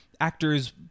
actors